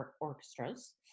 orchestras